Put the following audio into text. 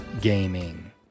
gaming